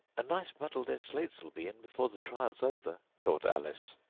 a nice muddle their slates'll be in before the trial's over thought alice.